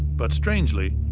but strangely,